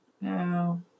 No